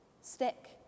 stick